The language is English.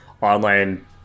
online